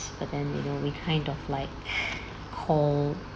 but then you know we kind of like hold